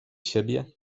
siebie